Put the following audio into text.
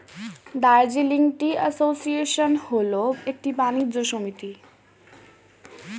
Darjeeling tea association হল একটি বাণিজ্য সমিতি